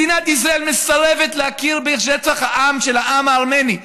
מדינת ישראל מסרבת להכיר ברצח העם של העם הארמני,